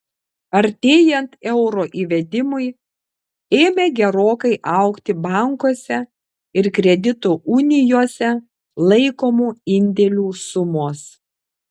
artėjant euro įvedimui ėmė gerokai augti bankuose ir kredito unijose laikomų indėlių sumos